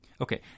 Okay